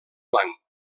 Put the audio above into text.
blanc